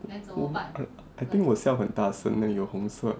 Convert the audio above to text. I think 我笑很大声 then 有红色